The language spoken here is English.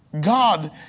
God